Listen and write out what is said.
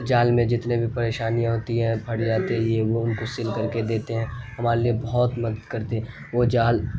جال میں جتنے بھی پریشانیاں ہوتی ہیں پھٹ جاتی ہے یہ وہ ان کو سل کر کے دیتے ہیں ہمارے لیے بہت مدد کرتی ہیں وہ جال